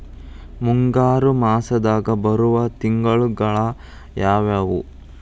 ಮುಂಗಾರು ಮಾಸದಾಗ ಬರುವ ತಿಂಗಳುಗಳ ಯಾವವು?